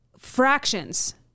Fractions